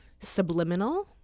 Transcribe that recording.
subliminal